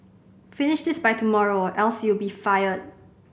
finish this by tomorrow or else you'll be fired